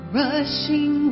rushing